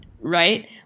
right